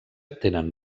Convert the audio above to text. tenen